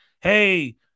hey